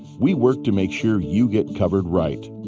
we work to make sure you get covered right.